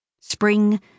Spring